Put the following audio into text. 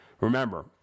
Remember